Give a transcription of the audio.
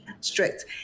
strict